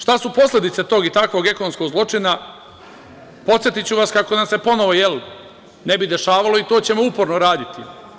Šta su posledice tog i takvog ekonomskog zločina, podsetiću vas kako nam se ponovo ne bi dešavalo i to ćemo uporno raditi.